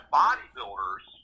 bodybuilders